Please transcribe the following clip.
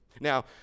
Now